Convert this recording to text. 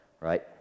right